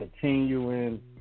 continuing